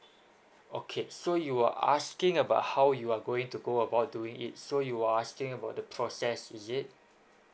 okay so you are asking about how you are going to go about doing it so you're asking about the process is it